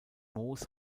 moos